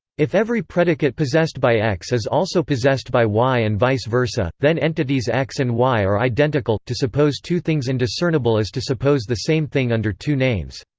if every predicate possessed by x is also possessed by y and vice versa, then entities x and y are identical to suppose two things indiscernible is to suppose the same thing under two names.